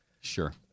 Sure